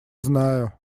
знаю